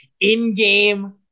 in-game